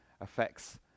affects